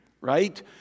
right